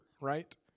right